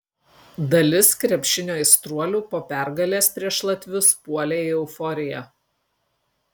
dalis krepšinio aistruolių po pergalės prieš latvius puolė į euforiją